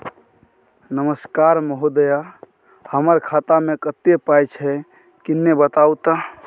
नमस्कार महोदय, हमर खाता मे कत्ते पाई छै किन्ने बताऊ त?